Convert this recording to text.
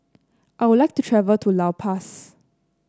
I would like to travel to La Paz